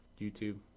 YouTube